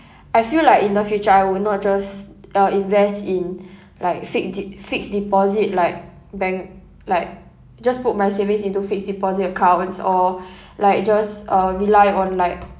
I feel like in the future I would not just uh invest in like fixed de~ fixed deposit like bank like just put my savings into fixed deposit accounts or like just uh rely on like